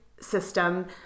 system